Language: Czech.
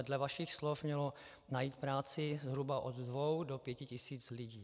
Dle vašich slov mělo najít práci zhruba od dvou do pěti tisíc lidí.